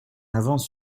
avance